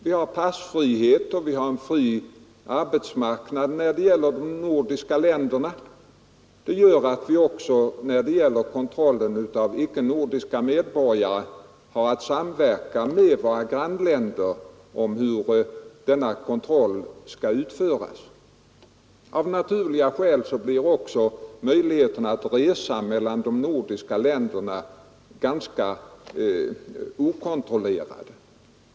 Vi har passfrihet och vi har en fri arbetsmarknad när det gäller de nordiska länderna. Det gör att vi också har att samverka med våra grannländer i fråga om hur kontrollen av icke-nordiska medborgare skall utföras. Av naturliga skäl blir också möjligheterna att resa mellan de nordiska länderna ganska okontrollerade.